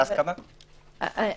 נועה,